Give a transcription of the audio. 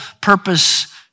purpose